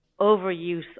overuse